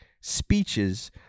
speeches